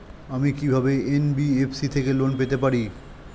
আমি কি কিভাবে এন.বি.এফ.সি থেকে লোন পেতে পারি?